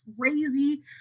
crazy